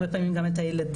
והרבה פעמים גם את הילדים.